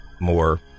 more